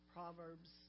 Proverbs